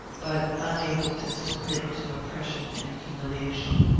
but unable to submit to oppression and humiliation.